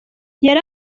yari